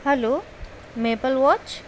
hello maple watch